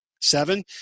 Seven